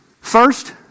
First